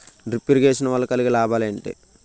Drip irrigation వల్ల కలిగే లాభాలు ఏంటి?